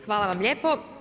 Hvala vam lijepo.